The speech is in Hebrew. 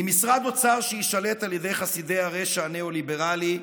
עם משרד שיישלט על ידי חסידי הרשע הניאו-ליברלי,